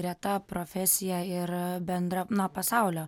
reta profesija ir bendra pasaulio